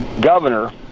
governor